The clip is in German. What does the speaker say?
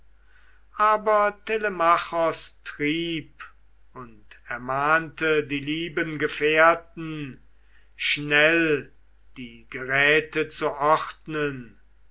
telemachos trieb und ermahnte die lieben gefährten schnell die geräte zu ordnen